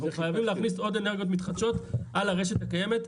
אנחנו חייבים להכניס עוד אנרגיות מתחדשות על הרשת הקיימת,